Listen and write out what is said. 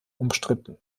umstritten